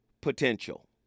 potential